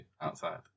outside